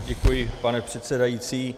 Děkuji, pane předsedající.